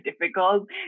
difficult